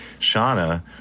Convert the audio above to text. Shauna